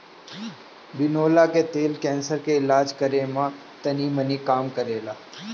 बिनौला के तेल कैंसर के इलाज करे में तनीमनी काम करेला